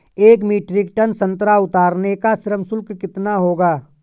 एक metric ton संतरा उतारने का श्रम शुल्क कितना होगा?